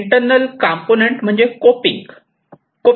internal component म्हणजे coping component